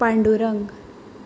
Pandurang